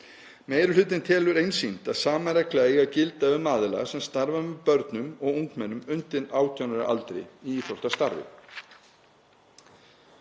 Meiri hlutinn telur einsýnt að sama regla eigi að gilda um aðila sem starfa með börnum og ungmennum undir 18 ára aldri í íþróttastarfi.